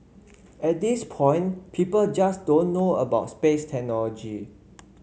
at this point people just don't know about space technology